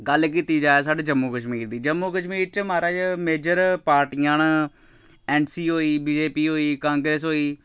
गल्ल कीती जाए साढ़े जम्मू कश्मीर दी जम्मू कश्मीर च महाराज मेजर पार्टियां न एन सी होई बी जे पी होई कांग्रेस होई